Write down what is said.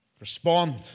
respond